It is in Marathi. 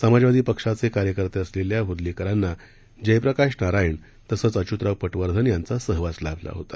समाजवादी पक्षाचे कार्यकर्ते असलेल्या हुदलीकराना जयप्रकाश नारायण तसंच अच्युतराव पटवर्धन यांचा सहवास लाभला होता